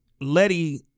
Letty